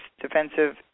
defensive